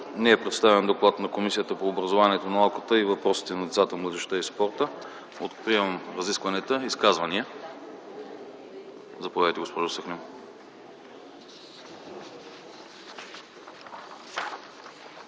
Не е представен доклад на Комисията по образованието, науката и въпросите на децата, младежта и спорта. Откривам разискванията. Изказвания? Заповядайте, госпожо Джафер.